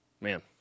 Man